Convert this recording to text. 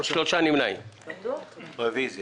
הצבעה בעד ההודעה